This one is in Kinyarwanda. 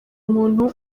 umuntu